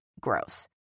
Gross